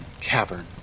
cavern